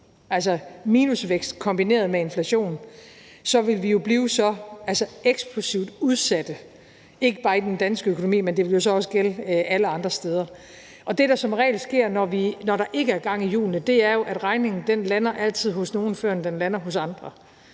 altså minusvækst kombineret med inflation, så ville vi jo blive så eksplosivt udsatte, ikke bare i den danske økonomi, men det ville jo så også gælde alle andre steder. Det, der som regel sker, når der ikke er gang i hjulene, er jo, at regningen altid lander hos nogle, før den lander hos andre,